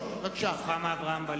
(קורא בשמות חברי הכנסת) רוחמה אברהם-בלילא,